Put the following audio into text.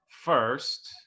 first